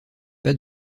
pas